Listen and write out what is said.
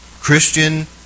Christian